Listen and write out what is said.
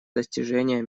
достижения